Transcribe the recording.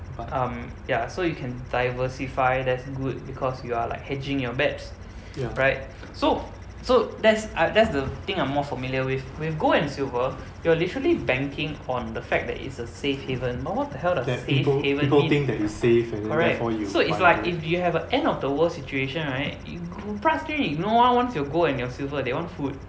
um ya so you can diversify that's good because you are like hedging your bets right so so that's I that's the thing I'm more familiar with with gold and silver you're literally banking on the fact that it's a safe haven but what the hell does safe haven mean correct so it's like if you have an end of the world situation right you pass already no one wants your gold and your silver they want food